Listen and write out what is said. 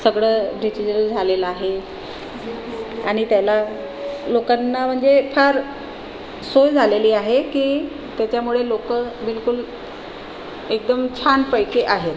सगळं डिजिटल झालेलं आहे आणि त्याला लोकांना म्हणजे फार सोय झालेली आहे की त्याच्यामुळे लोक बिलकुल एकदम छानपैकी आहेत